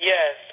Yes